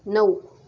नऊ